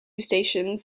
stations